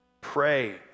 Pray